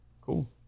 cool